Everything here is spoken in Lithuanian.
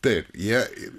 taip jie